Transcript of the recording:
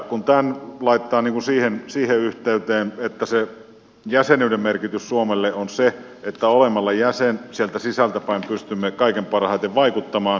tämän voi laittaa siihen yhteyteen että se jäsenyyden merkitys suomelle on se että olemalla jäsen pystymme sieltä sisältä päin kaiken parhaiten vaikuttamaan